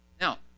Now